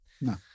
no